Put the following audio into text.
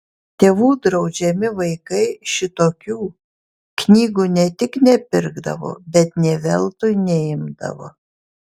tėvų draudžiami vaikai šitokių knygų ne tik nepirkdavo bet nė veltui neimdavo